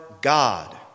God